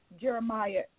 Jeremiah